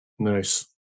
Nice